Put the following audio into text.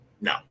no